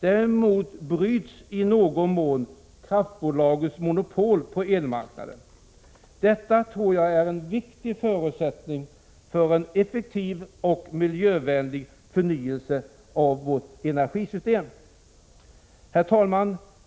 Däremot bryts i någon mån kraftbolagens monopol på elmarknaden. Detta tror jag är en viktig förutsättning för en effektiv och miljövänlig förnyelse av vårt energisystem. Herr talman!